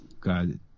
God